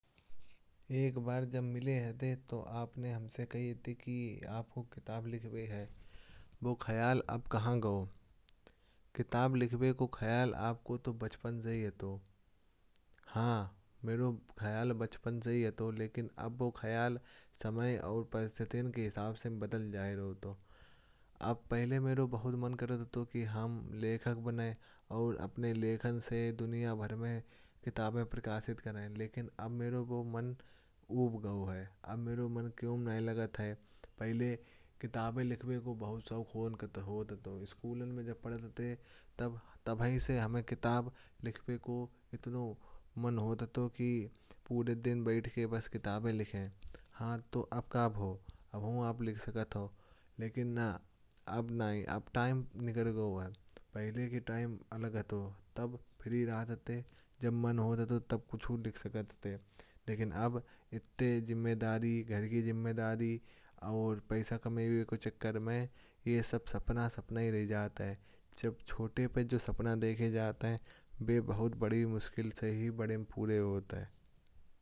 एक बार जब मिले थे तो आपने हमसे कही थी कि आपको किताब लिखनी है। वो खयाल अब कहां गया किताब लिखने का खयाल तो आपको बचपन से ही है। तो हां मेरा खयाल बचपन से ही है। लेकिन अब वो खयाल समय और परिस्थिति के हिसाब से बदल गया है। पहले मेरा बहुत मन करता था। कि हम लेखक बनें और अपने लेख से दुनिया भर में किताबें प्रकाशित करें। लेकिन अब मुझे वो मन उब गया है। अब मेरा मन क्यों नहीं लगता पहले किताबें लिखने का बहुत शौक था। स्कूल में जब पढ़ते थे तब से ही हमें किताबें लिखने का कितना मन होता था। कि पूरे दिन बैठ कर बस किताबें लिखें हां तो अब कब अब आप लिख सकते हो। लेकिन नहीं अब वक्त निकल गया है पहले के टाइम अलग थे तब फ्री रहते थे। जब मन हो तो तब कुछ और लिख सकते थे। लेकिन अब इतनी जिम्मेदारियां घर की जिम्मेदारी। और पैसा कमी के चक्कर में ये सब सपने सपने ही रह जाते हैं। जब छोटे थे तब जो सपने देखे जाते हैं वो बहुत बड़ी मुश्किल से ही बड़े पूरे होते हैं।